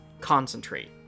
concentrate